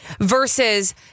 versus